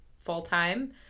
full-time